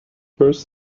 first